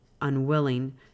unwilling